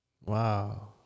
Wow